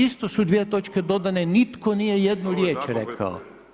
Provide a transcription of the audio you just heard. Isto su dvije točke dodane, nitko nije jednu riječ rekao.